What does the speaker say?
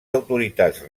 autoritats